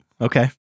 Okay